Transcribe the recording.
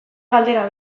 galdera